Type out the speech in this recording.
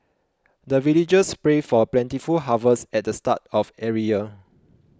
the villagers pray for plentiful harvest at the start of every year